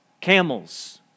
camels